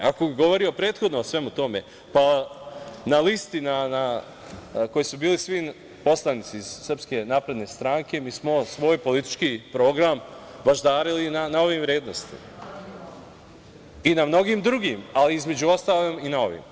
Ako bi govorio prethodno o svemu tome, na listi koji su bili svi poslanici iz SNS, mi smo svoj politički program baždarili na ovim vrednostima i na mnogim drugim, ali između ostalog i na ovim.